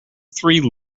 three